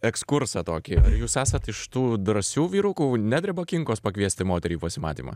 ekskursą tokį ar jūs esat iš tų drąsių vyrukų nedreba kinkos pakviesti moterį į pasimatymą